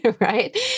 right